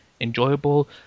enjoyable